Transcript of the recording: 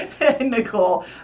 Nicole